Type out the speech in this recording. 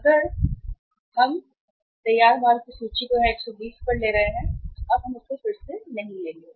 अगर तुम क्योंकि हम हमने पहले ही तैयार माल सूची को यहाँ 120 पर ले लिया है अब हम इसे फिर से नहीं लेंगे